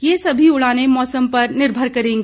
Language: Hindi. ये सभी उड़ाने मौसम पर निर्भर करेंगी